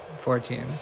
Fourteen